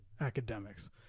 academics